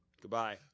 Goodbye